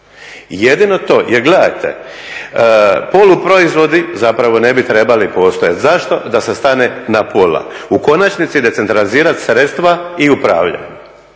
jedino to. Jer gledajte, poluproizvodi zapravo ne bi trebali postojati. Zašto? Da se stane na pola. U konačnici decentralizirati sredstva i upravljanje